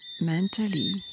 mentally